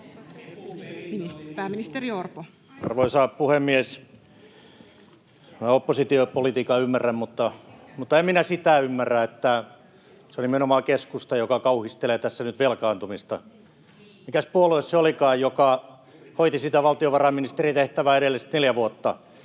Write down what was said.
Content: Arvoisa puhemies! Oppositiopolitiikan ymmärrän, mutta en minä sitä ymmärrä, että se on nimenomaan keskusta, joka kauhistelee tässä nyt velkaantumista. Mikäs puolue se olikaan, joka hoiti sitä valtiovarainministerin tehtävää edelliset neljä vuotta?